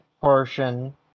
portion